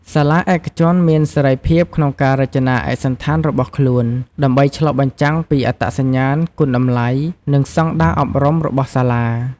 សាលាឯកជនមានសេរីភាពក្នុងការរចនាឯកសណ្ឋានរបស់ខ្លួន ដើម្បីឆ្លុះបញ្ចាំងពីអត្តសញ្ញាណ គុណតម្លៃ និងស្តង់ដារអប់រំរបស់សាលា។